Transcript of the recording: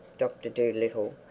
doctor dolittle,